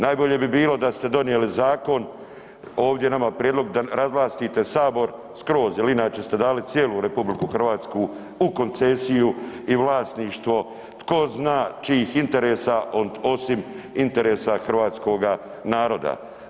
Najbolje bi bilo da ste donijeli zakon ovdje nama prijedlog da razvlastite sabor skroz jer inače ste dali cijelu RH u koncesiju i vlasništvo tko zna čijih interesa osim interesa hrvatskoga naroda.